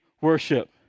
worship